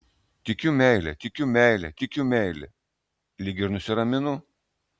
tikiu meile tikiu meile tikiu meile lyg ir nusiraminu